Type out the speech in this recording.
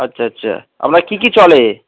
আচ্ছা আচ্ছা আপনার কী কী চলে